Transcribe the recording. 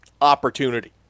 opportunity